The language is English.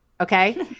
okay